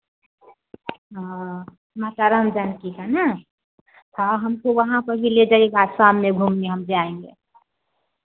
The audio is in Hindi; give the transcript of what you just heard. हाँ माता राम जानकी का ना हाँ हमको वहाँ पर भी ले जाइएगा शाम में घूमने हम जाएंगे